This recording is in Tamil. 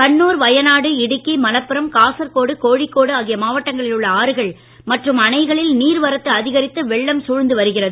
கண்ணூர் வயநாடு இடுக்கி மலப்புரம் காசர்கோடு கோழிக்கோடு ஆகிய மாவட்டங்களில் உள்ள ஆறுகள் மற்றும் அணைகளில் நீர் வரத்து அதிகரித்து வெள்ளம் சூழ்ந்து வருகிறது